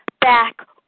back